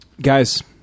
guys